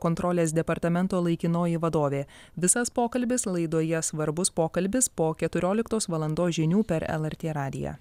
kontrolės departamento laikinoji vadovė visas pokalbis laidoje svarbus pokalbis po keturioliktos valandos žinių per lrt radiją